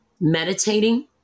meditating